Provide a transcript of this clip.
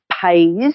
pays